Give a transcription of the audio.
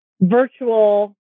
virtual